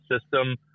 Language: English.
system